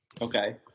Okay